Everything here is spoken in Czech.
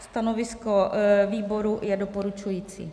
Stanovisko výboru je doporučující.